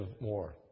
more